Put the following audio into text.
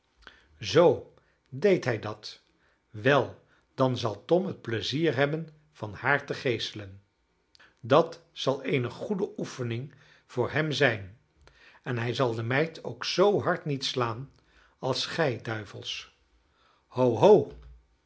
zoo deed hij dat wel dan zal tom het pleizier hebben van haar te geeselen dat zal eene goede oefening voor hem zijn en hij zal de meid ook zoo hard niet slaan als gij duivels ho